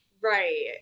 Right